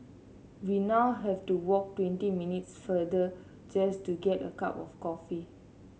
we now have to walk twenty minutes further just to get a cup of coffee